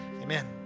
Amen